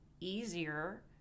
easier